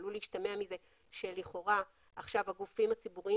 עלול להשתמע מזה שלכאורה עכשיו הגופים הציבוריים